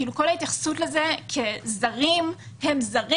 כאילו כל ההתייחסות לזה כאילו הם זרים הם זרים